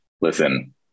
Listen